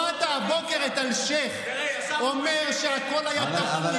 תגיד, שמעת הבוקר את אלשיך אומר שהכול היה תפור?